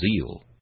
zeal